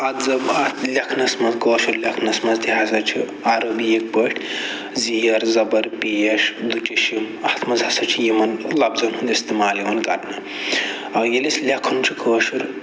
اتھ زَب اتھ لیٚکھنَس مَنٛز کٲشُر لیٚکھنس مَنٛز تہِ ہَسا چھِ عربِیِکۍ پٲٹھۍ زیر زَبَر پیش دُچشم اتھ مَنٛز ہَسا چھِ یِمن لفظن ہُنٛد استعمال یِوان کَرنہٕ ییٚلہِ أسۍ لیٚکھان چھِ کٲشُر